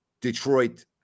Detroit